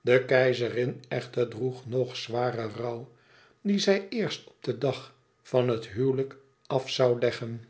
de keizerin echter droeg nog zwaren rouw dien zij eerst op den dag van het huwelijk af zoû leggen